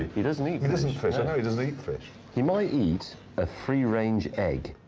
he doesn't eat and doesn't eat fish. i know, he doesn't eat fish. he might eat a free-range egg.